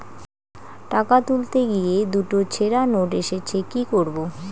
টাকা তুলতে গিয়ে দুটো ছেড়া নোট এসেছে কি করবো?